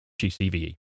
GCVE